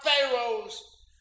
pharaohs